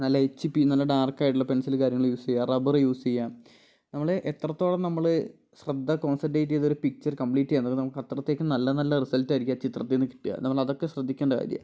നല്ല H B നല്ല ഡാർക്കായിട്ടുള്ള പെൻസിൽ കാര്യങ്ങള് യൂസ് ചെയ്യുക റബ്ബർ യൂസ് ചെയ്യാ നമ്മള് എത്രത്തോളം നമ്മള് ശ്രദ്ധ കോൺസൻട്രേറ്റ് ചെയ്തൊരു പിക്ചർ കംപ്ലീറ്റ് ചെയ്യുക അത് നമുക്ക്അത്രത്തേക്കും നല്ല നല്ല റിസൽട്ടായിരിക്കും ആ ചിത്രത്തിൽ നിന്ന് കിട്ടുക നമ്മൾ അതൊക്കെ ശ്രദ്ധിക്കേണ്ട കാര്യമാണ്